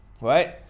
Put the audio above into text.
right